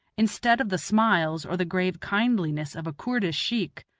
instead of the smiles or the grave kindliness of a koordish sheikh,